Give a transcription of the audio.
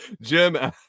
Jim